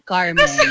Carmen